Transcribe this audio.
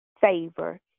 favor